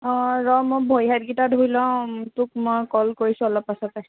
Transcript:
অ ৰ মই ভৰি হাতকেইটা ধুই লওঁ তোক মই ক'ল কৰিছোঁ অলপ পাছতে